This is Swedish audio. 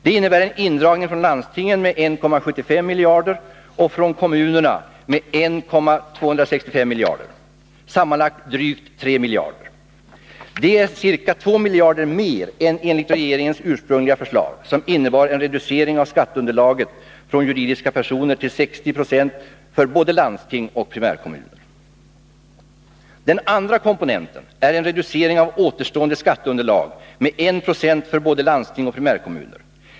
Det innebär en indragning från landstingen med 1,75 miljarder och från kommunerna med 1,265 miljarder, sammanlagt drygt 3 miljarder. Det är ca 2 miljarder mer än enligt regeringens ursprungliga förslag, som innebar en reducering av skatteunderlaget från juridiska personer till 60 96 för både landsting och primärkommuner. Den andra komponenten är en reducering av återstående skatteunderlag med 196 för både landsting och primärkommuner.